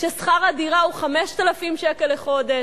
כששכר הדירה הוא 5,000 שקל לחודש,